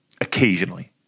Occasionally